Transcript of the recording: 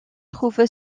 trouve